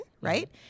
right